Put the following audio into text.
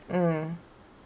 mm